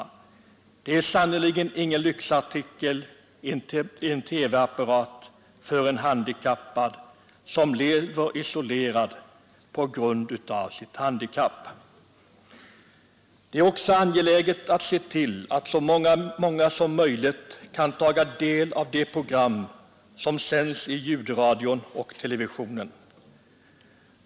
En TV-apparat är sannerligen ingen lyxartikel för den som lever isolerad på grund av sitt handikapp. Det är också angeläget att se till att så många som möjligt kan ta del av de program som sänds i ljudradion och televisionen.